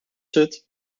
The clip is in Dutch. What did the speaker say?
zit